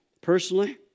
Personally